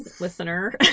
Listener